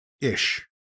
ish